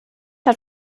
hat